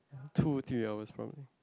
two three hours probably